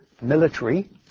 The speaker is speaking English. military